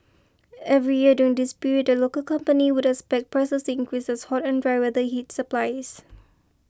every year during this period the local company would expect prices increase as hot and dry weather hits supplies